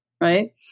right